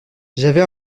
j’avais